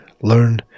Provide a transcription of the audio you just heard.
Learn